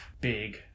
big